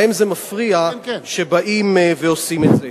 להם זה מפריע שבאים ועושים את זה.